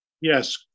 Yes